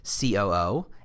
COO